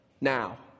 now